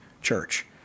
church